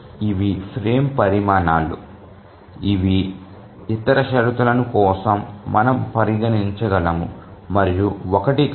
ఇవి ఫ్రేమ్ పరిమాణాలు ఇవి ఇతర షరతుల కోసం మనం పరిగణించగలము మరియు 1 కాదు